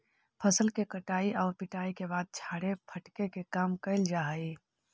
फसल के कटाई आउ पिटाई के बाद छाड़े फटके के काम कैल जा हइ